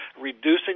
reducing